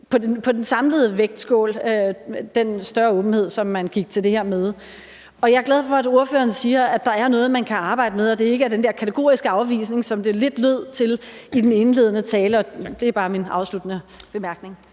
i den samlede vægtskål, som man gik til det her med. Jeg er glad for, at ordføreren siger, at der er noget, man kan arbejde med, og at det ikke er den der kategoriske afvisning, som det lidt lød til i den indledende tale, og det er bare min afsluttende bemærkning.